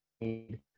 need